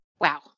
Wow